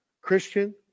Christian